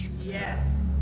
Yes